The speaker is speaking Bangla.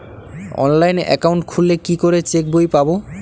অনলাইন একাউন্ট খুললে কি করে চেক বই পাব?